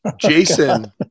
Jason